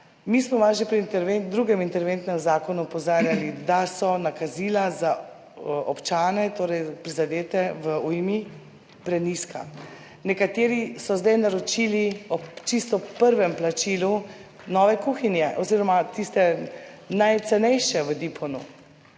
vas že pri drugem interventnem zakonu opozarjali, da so nakazila za občane, prizadete v ujmi, prenizka. Nekateri so zdaj naročili ob čisto prvem plačilu nove kuhinje ozirom tiste najcenejše v Dipu,